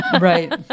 Right